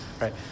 Right